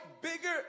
bigger